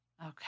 Okay